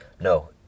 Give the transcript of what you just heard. No